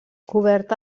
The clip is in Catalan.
coberta